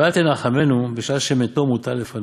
ואל תנחמנו בשעה שמתו מוטל לפניו,